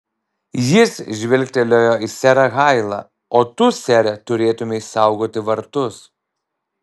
jis žvilgtelėjo į serą hailą o tu sere turėtumei saugoti vartus